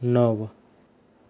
णव